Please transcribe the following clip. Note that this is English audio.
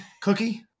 cookie